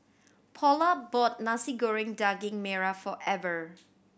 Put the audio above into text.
Paula bought Nasi Goreng Daging Merah for Ever